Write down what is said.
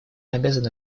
обязаны